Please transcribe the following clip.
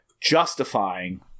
justifying